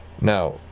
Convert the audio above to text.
Now